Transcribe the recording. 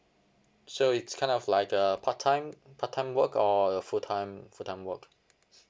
so it's kind of like a part time part time work or a full time full time work